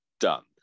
done